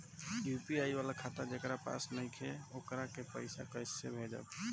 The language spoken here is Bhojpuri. यू.पी.आई वाला खाता जेकरा पास नईखे वोकरा के पईसा कैसे भेजब?